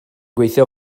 gweithio